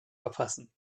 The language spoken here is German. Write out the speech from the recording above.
verfassen